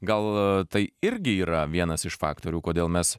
gal tai irgi yra vienas iš faktorių kodėl mes